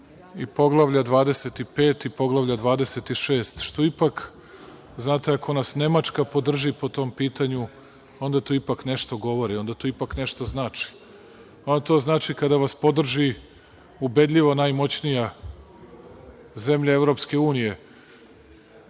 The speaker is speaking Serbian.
i Poglavlja 25 i Poglavlja 26, što ipak, znate, ako nas Nemačka podrži po tom pitanju, onda to ipak nešto govori, onda to ipak nešto znači. Znači kada vas podrži ubedljivo najmoćnija zemlja EU, jedna